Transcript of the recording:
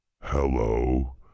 Hello